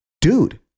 dude